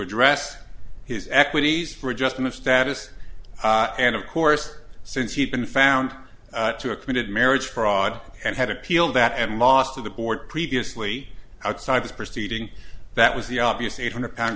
address his equities for adjustment status and of course since he had been found to a committed marriage fraud and had appealed that and lost to the board previously outside this proceeding that was the obvious eight hundred pound